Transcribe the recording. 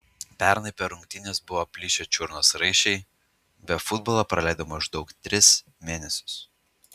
pernai per rungtynes buvo plyšę čiurnos raiščiai be futbolo praleidau maždaug tris mėnesius